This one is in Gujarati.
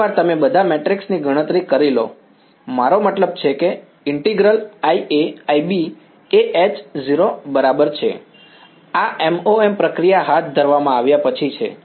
એકવાર તમે બધા મેટ્રિક્સ ની ગણતરી કરી લો મારો મતલબ છે કે ઇન્ટિગ્રલ IA IB એ h 0 બરાબર છે આ MoM પ્રક્રિયા હાથ ધરવામાં આવ્યા પછી છે